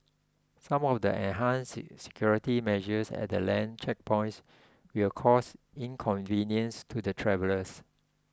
some of the enhanced security measures at the land checkpoints will cause inconvenience to the travellers